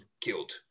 killed